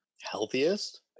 Healthiest